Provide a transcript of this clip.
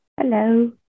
Hello